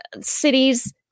cities